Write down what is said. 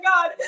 God